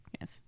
yes